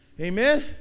Amen